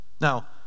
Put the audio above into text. Now